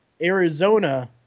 Arizona